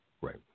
Right